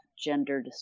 gender